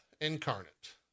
incarnate